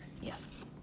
Yes